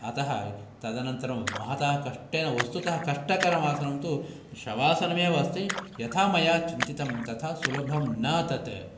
अतः तदनन्तरं महता कष्टेन वस्तुतः कष्टकरम् आसनं तु शवासनम् एव अस्ति यथा मया चिन्तितं तथा सुलभं न तत्